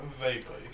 Vaguely